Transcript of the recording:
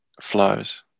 flows